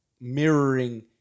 mirroring